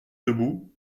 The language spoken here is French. debout